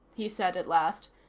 he said at last.